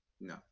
No